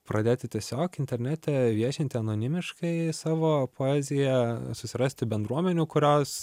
pradėti tiesiog internete viešinti anonimiškai savo poeziją susirasti bendruomenių kurios